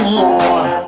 more